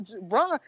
bro